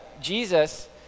Jesus